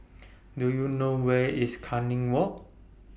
Do YOU know Where IS Canning Walk